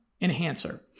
enhancer